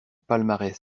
palmarès